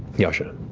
yasha.